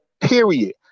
period